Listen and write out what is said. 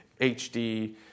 HD